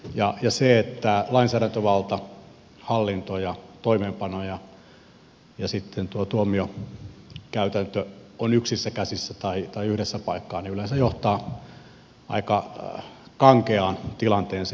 ja se että lainsäädäntövalta hallinto ja toimeenpano ja sitten tuo tuomiokäytäntö ovat yksissä käsissä tai yhdessä paikkaa yleensä johtaa aika kankeaan tilanteeseen